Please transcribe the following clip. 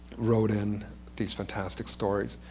wrote in these fantastic stories,